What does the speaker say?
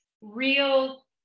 real